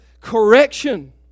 correction